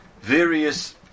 various